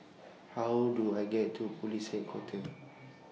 How Do I get to Police Headquarters